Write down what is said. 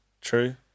True